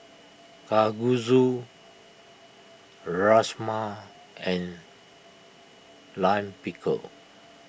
Kalguksu Rajma and Lime Pickle